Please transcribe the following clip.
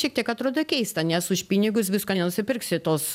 šiek tiek atrodo keista nes už pinigus visko nenusipirksi tos